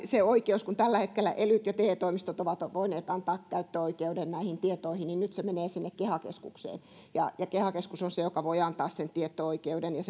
se oikeus kun tällä hetkellä elyt ja te toimistot ovat ovat voineet antaa käyttöoikeuden näihin tietoihin niin nyt se menee keha keskukseen ja ja keha keskus on se joka voi antaa sen tieto oikeuden ja